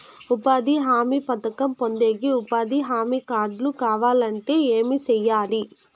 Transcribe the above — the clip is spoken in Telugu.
ఉపాధి హామీ పథకం పొందేకి ఉపాధి హామీ కార్డు కావాలంటే ఏమి సెయ్యాలి?